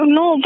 no